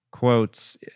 quotes